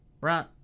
right